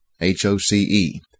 H-O-C-E